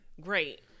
Great